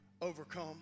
overcome